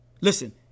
listen